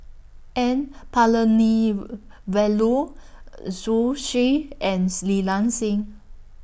N Palanivelu Zhu Xu Li Nanxing